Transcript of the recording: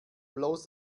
bloß